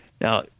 Now